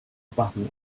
button